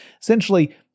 Essentially